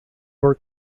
were